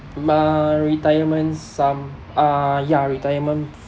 my retirement sum ah ya retirement